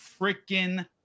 freaking